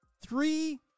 three